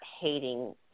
hating